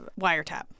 wiretap